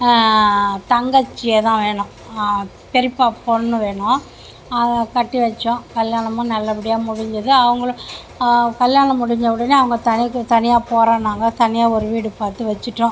தங்கச்சியை தான் வேணும் பெரியப்பா பெண்ணு வேணும் அதை கட்டி வெச்சோம் கல்யாணமும் நல்லபடியாக முடிஞ்சுது அவர்களும் கல்யாணம் முடிஞ்ச உடனே அவங்கள் தனிக்கு தனியா போகிறன்னாங்க தனியாக ஒரு வீடு பார்த்து வச்சுட்டோம்